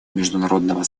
международного